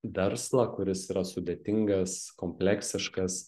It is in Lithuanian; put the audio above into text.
verslą kuris yra sudėtingas kompleksiškas